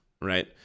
right